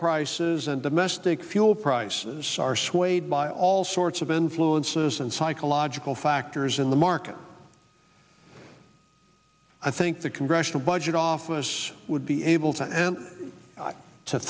prices and domestic fuel prices are swayed by all sorts of influences and psychological factors in the market i think the congressional budget office would be able to and